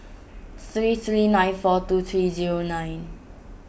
three three nine four two three zero nine